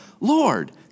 Lord